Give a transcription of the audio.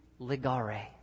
ligare